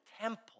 temple